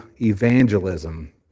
evangelism